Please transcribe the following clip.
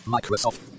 Microsoft